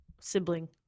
Sibling